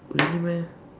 really meh